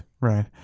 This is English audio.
Right